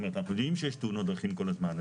אנחנו יודעים שיש תאונות דרכים כל הזמן,